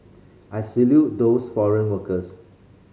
I salute those foreign workers